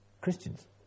Christians